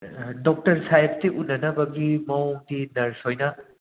doctor ꯁꯥꯍꯦꯕꯇꯤ ꯎꯅꯅꯕꯒꯤ ꯃꯋꯣꯡꯗꯤ ꯅꯔ꯭ꯁ ꯍꯣꯏꯅ